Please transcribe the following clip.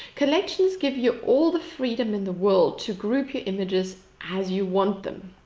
collections give you all the freedom in the world to group your images, as you want them.